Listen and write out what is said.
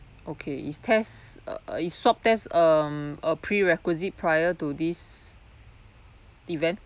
okay is test uh is swab test um a prerequisite prior to this event